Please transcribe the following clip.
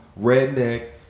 redneck